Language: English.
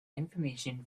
information